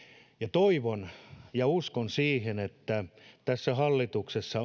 toivon ja uskon siihen että tässä hallituksessa